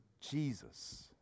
Jesus